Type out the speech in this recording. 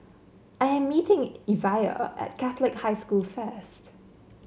I am meeting Evia at Catholic High School first